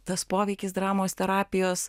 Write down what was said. tas poveikis dramos terapijos